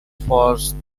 forced